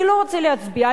אני לא רוצה להצביע,